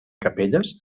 capelles